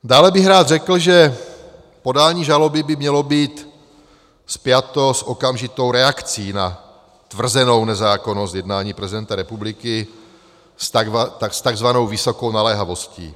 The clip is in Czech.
Dále bych rád řekl, že podání žaloby by mělo být spjato s okamžitou reakcí na tvrzenou nezákonnost jednání prezidenta republiky s takzvanou vysokou naléhavostí.